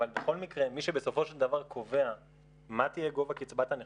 אבל בכל מקרה מי שבסופו של דבר קובע מה יהיה גובה קצבת הנכות,